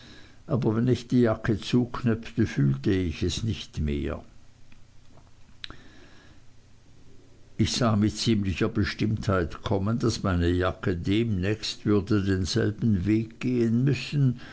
aber wenn ich die jacke zuknöpfte fühlte ich es nicht sehr ich sah mit ziemlicher bestimmtheit kommen daß meine jacke demnächst würde denselben weg gehen müssen